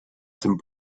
saint